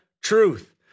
truth